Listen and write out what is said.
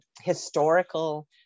historical